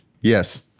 Yes